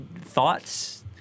thoughts